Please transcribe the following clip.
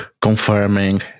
confirming